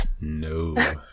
No